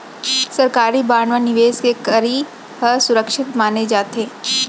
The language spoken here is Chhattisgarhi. सरकारी बांड म निवेस के करई ह सुरक्छित माने जाथे